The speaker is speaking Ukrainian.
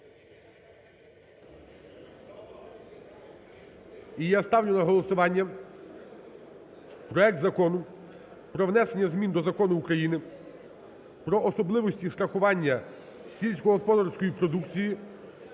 І я ставлю на голосування проект Закону про внесення змін до Закону України "Про особливості страхування сільськогосподарської продукції